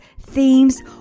themes